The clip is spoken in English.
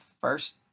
first